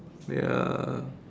ya